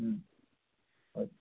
ம் ஓகே